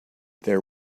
there